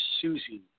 Susie